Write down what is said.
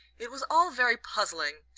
it was all very puzzling,